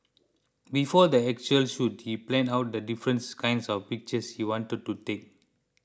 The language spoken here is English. before the actual shoot he planned out the difference kinds of pictures he wanted to take